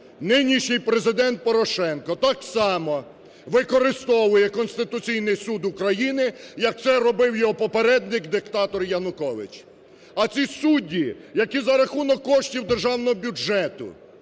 нинішній Президент Порошенко так само використовує Конституційний Суд України, як це робив його попередник диктатор Янукович. А ці судді, які за рахунок коштів державного бюджету